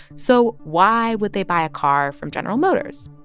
so why would they buy a car from general motors?